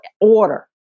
order